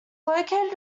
located